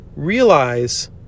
Realize